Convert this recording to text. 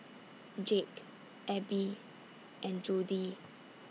Jake Abbey and Jody